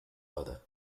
other